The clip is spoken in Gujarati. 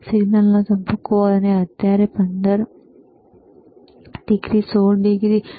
સિગ્નલનો તબક્કો અને અત્યારે 15 ડિગ્રી 16 ડિગ્રી છે